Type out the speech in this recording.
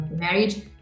marriage